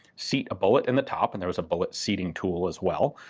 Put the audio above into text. seat a bullet in the top and there was a bullet seating tool as well.